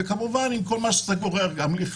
וכמובן עם כל מה שזה גורר לכלוך,